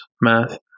math